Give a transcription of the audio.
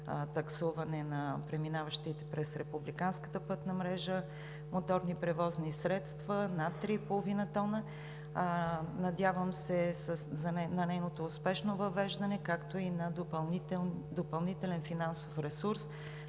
таксуване на преминаващите през републиканската пътна мрежа моторни превозни средства над 3,5 тона, надявам се на нейното успешно въвеждане, както и на допълнителен финансов ресурс,